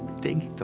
think.